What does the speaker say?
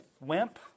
wimp